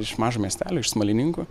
iš mažo miestelio iš smalininkų